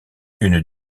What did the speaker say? une